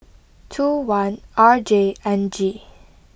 two one R J N G